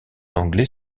anglais